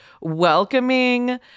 welcoming